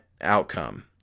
outcome